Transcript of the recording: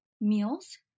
meals